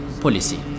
policy